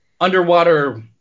underwater